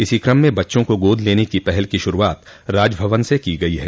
इसी कम में बच्चों को गोद लेने की पहल की शुरूआत राजभवन से की गयी है